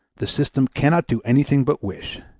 the system cannot do anything but wish.